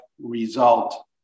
result